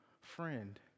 friend